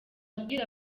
abwira